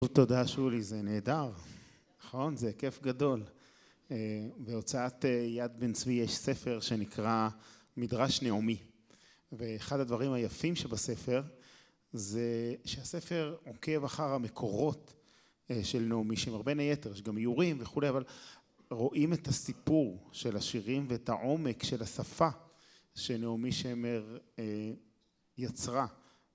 תודה שולי זה נהדר, נכון? זה כיף גדול. בהוצאת יד בן צבי יש ספר שנקרא "מדרש נעמי" ואחד הדברים היפים שבספר זה שהספר עוקב אחר המקורות של נעמי שמר. בין היתר, יש גם איורים וכולי, אבל רואים את הסיפור של השירים ואת העומק של השפה שנעמי שמר יצרה.